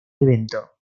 evento